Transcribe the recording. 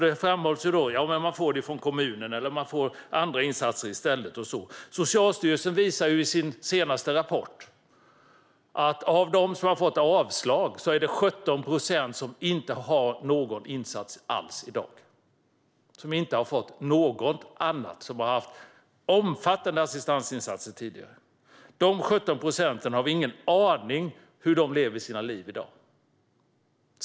Det framhålls att de får det från kommunen eller att de får andra insatser i stället. Men Socialstyrelsen visar i sin senaste rapport att av dem som har fått avslag är det 17 procent som inte har någon insats alls och som inte har fått något annat i stället trots att de tidigare har haft omfattande assistansinsatser. Vi har ingen aning om hur dessa 17 procent lever sina liv i dag.